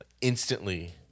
instantly